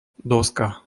doska